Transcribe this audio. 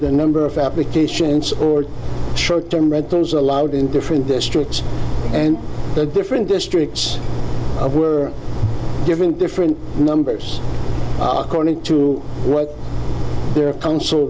the number of applications or short term red things allowed in different districts and the different districts were given different numbers according to what their co